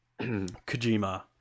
kojima